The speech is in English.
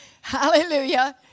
Hallelujah